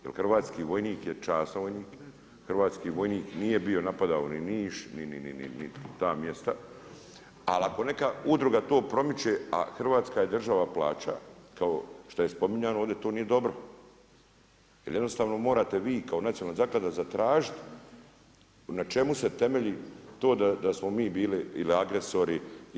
Jer hrvatski vojnik je častan vojnik, hrvatski vojnik nije bio napadao ni Niš ni ta mjesta ali ako neka udruga top promiče a hrvatska je država plaća, kao što je spominjano ovdje, to nije dobro, jer jednostavno morate vi kao nacionalan zaklada zatražiti na čemu se temelji to da smo mi bili ili agresori.